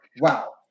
wow